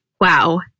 Wow